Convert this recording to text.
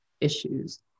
issues